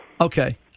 Okay